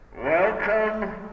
Welcome